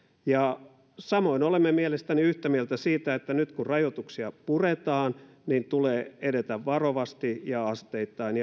samoin olemme mielestäni yhtä mieltä siitä että nyt kun rajoituksia puretaan tulee edetä varovasti ja asteittain